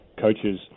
coaches